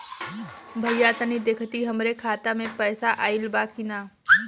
भईया तनि देखती हमरे खाता मे पैसा आईल बा की ना?